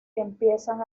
empiezan